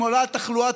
אם עולה התחלואה,